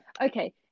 okay